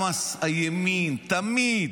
מעולם הימין, תמיד,